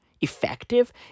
effective